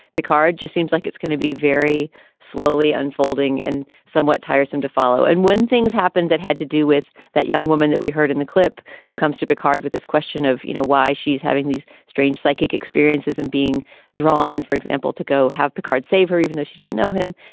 picard just seems like it's going to be very slowly unfolding and somewhat tiresome to follow. and when things happened that had to do with that young woman that we heard in the clip who comes to picard with this question of, you know, why she's having these strange psychic experiences and being drawn, for example, to go have picard save her even though she doesn't know him.